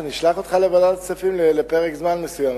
נשלח אותך לוועדת הכספים לפרק זמן מסוים,